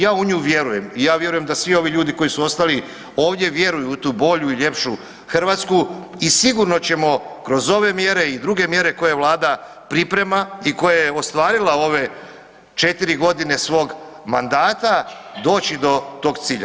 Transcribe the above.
Ja u nju vjerujem i ja vjerujem da svi ovi ljudi koji su ostali ovdje vjeruju u tu bolju, ljepšu Hrvatsku i sigurno ćemo kroz ove mjere i druge mjere koje Vlada priprema i koje je ostvarila u ove četiri godine svog mandata doći do tog cilja.